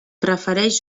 prefereix